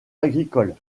agricoles